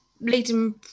leading